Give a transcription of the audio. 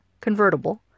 convertible